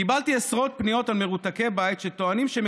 קיבלתי עשרות פניות על מרותקי בית שטוענים שהם